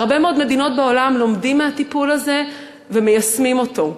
בהרבה מאוד מדינות בעולם לומדים מהטיפול הזה ומיישמים אותו.